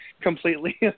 completely